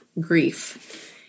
grief